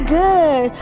good